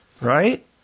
Right